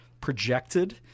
projected